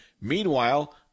Meanwhile